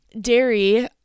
dairy